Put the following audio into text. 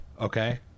okay